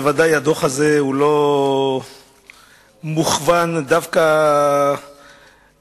בוודאי הדוח הזה לא מכוון דווקא כלפיך,